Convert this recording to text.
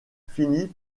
finit